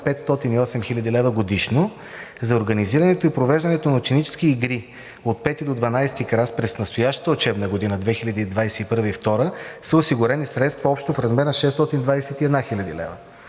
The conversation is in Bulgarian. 508 хил. лева годишно за организирането и провеждането на ученически игри от 5 до 12 клас. През настоящата 2021 – 2022 учебна година са осигурени средства общо в размер на 621 хил. лв.